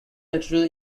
material